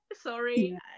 sorry